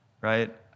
Right